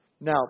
Now